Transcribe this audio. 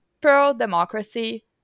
pro-democracy